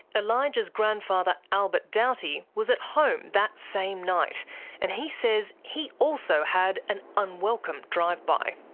elijah's grandfather albert doughty was at home that same night and he says he also had an unwelcome drive-by.